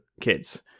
kids